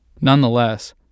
Nonetheless